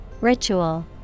Ritual